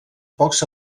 pocs